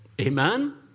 Amen